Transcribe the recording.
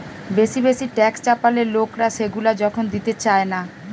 বেশি বেশি ট্যাক্স চাপালে লোকরা সেগুলা যখন দিতে চায়না